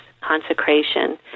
consecration